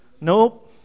Nope